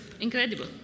Incredible